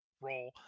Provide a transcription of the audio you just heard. roll